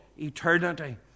eternity